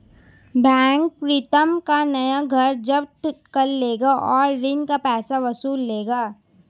bank Pritam का नया घर जब्त कर लेगा और ऋण का पैसा वसूल लेगा